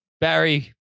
Barry